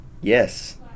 yes